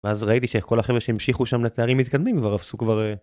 ואז ראיתי שאיך כל החבר'ה שהמשיכו שם לתארים מתקדמים כבר עשו כבר אה...